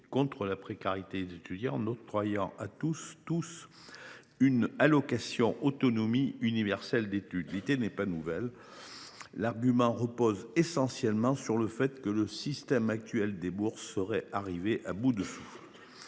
contre cette situation, en octroyant à tous une allocation autonomie universelle d’études. L’idée n’est pas nouvelle. L’argument de ses tenants repose essentiellement sur le fait que le système actuel des bourses serait arrivé à bout de souffle.